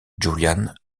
julián